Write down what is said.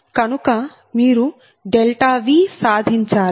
కనుక మీరు V సాధించాలి